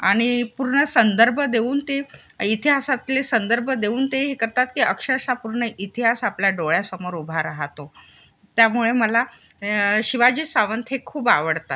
आणि पूर्ण संदर्भ देऊन ते इतिहासातले संदर्भ देऊन ते हे करतात की अक्षरशः पूर्ण इतिहास आपल्या डोळ्यासमोर उभा राहतो त्यामुळे मला शिवाजी सावंत हे खूप आवडतात